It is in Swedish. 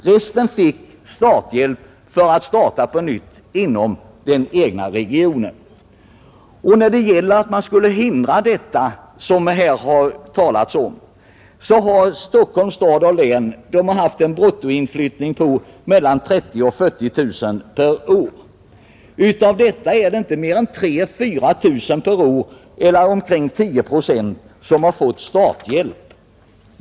Resten fick hjälp för att starta på nytt inom den egna regionen. Stockholm stad och län har haft en bruttoinflyttning på mellan 30 000 och 40 000 personer per år. Av dessa har inte fler än 3 000 å 4 000 per år, dvs. 10 procent, fått starthjälp.